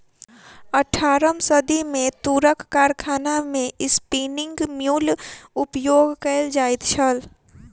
अट्ठारम सदी मे तूरक कारखाना मे स्पिन्निंग म्यूल उपयोग कयल जाइत छल